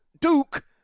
Duke